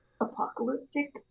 apocalyptic